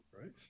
Right